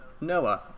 noah